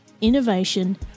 innovation